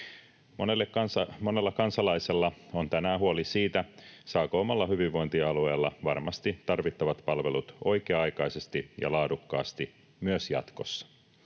Monella kansalaisella on tänään huoli siitä, saako omalla hyvinvointialueella varmasti tarvittavat palvelut oikea-aikaisesti ja laadukkaasti myös jatkossa.